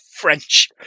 French